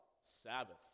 Sabbath